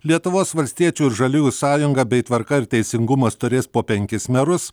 lietuvos valstiečių ir žaliųjų sąjunga bei tvarka ir teisingumas turės po penkis merus